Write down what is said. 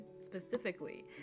specifically